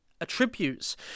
attributes